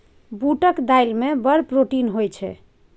बूटक दालि मे बड़ प्रोटीन होए छै